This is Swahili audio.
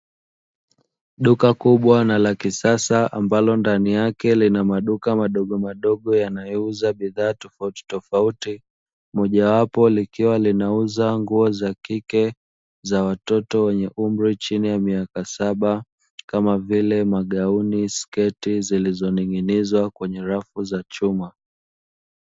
Duka kubwa na la kisasa ambalo ndani yake lina maduka madogo madogo yanayouza bidhaa tofauti tofauti. Moja wapo likiwa linauza nguo za kike za watoto wenye umri chini ya miaka saba, kama vile magauni na sketi zilizo ning'inizwa kwenye rafu za chuma.